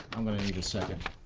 i'm gonna need a second